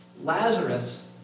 Lazarus